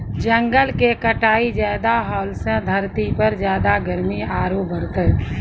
जंगल के कटाई ज्यादा होलॅ सॅ धरती पर ज्यादा गर्मी आरो बढ़तै